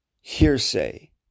hearsay